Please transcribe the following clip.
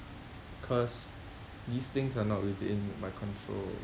cause these things are not within my control